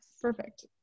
perfect